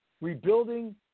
rebuilding